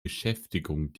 beschäftigung